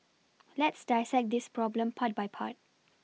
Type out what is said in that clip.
let's dissect this problem part by part